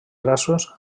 grassos